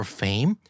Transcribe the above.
fame